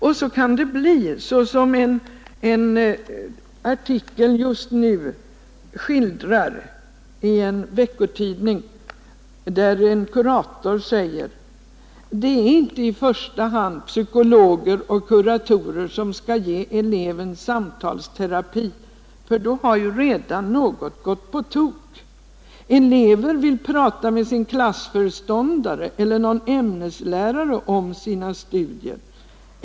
Då kan det bli såsom en artikel i en veckotidning just nu skildrar. En kurator säger: ”Det är inte i första hand psykologer och kuratorer som ska ge eleven samtalsterapi för då har ju redan något gått på tok. Elever vill prata med sin klassföreståndare eller någon ämneslärare om sina studier.